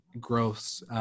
growth